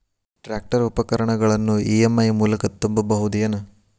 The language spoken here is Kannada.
ಟ್ರ್ಯಾಕ್ಟರ್ ಉಪಕರಣಗಳನ್ನು ಇ.ಎಂ.ಐ ಮೂಲಕ ತುಂಬಬಹುದ ಏನ್?